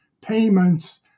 payments